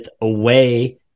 away